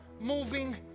moving